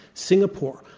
singapore,